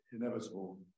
inevitable